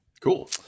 cool